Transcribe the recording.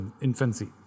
infancy